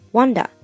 Wanda 、